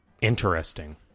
Interesting